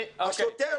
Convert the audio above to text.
השוטר,